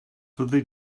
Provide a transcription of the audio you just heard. fyddi